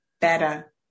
better